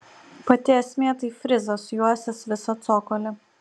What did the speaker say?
pati esmė tai frizas juosęs visą cokolį